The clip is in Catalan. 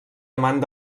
amant